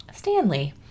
stanley